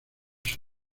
sus